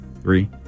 three